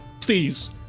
Please